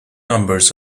numbers